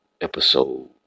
episode